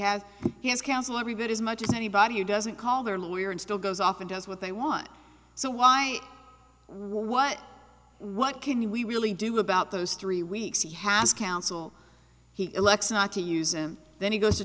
has his counsel every bit as much as anybody who doesn't call their lawyer and still goes off and does what they want so why what what can we really do about those three weeks he has counsel he elects not to use and then he goes to